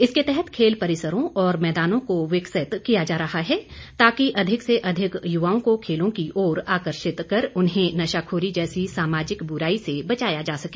इसके तहत खेल परिसरों और मैदानों को विकसित किया जा रहा है ताकि अधिक से अधिक युवाओं को खेलों की ओर आकर्षित कर उन्हें नशाखोरी जैसी सामाजिक बुराई से बचाया जा सके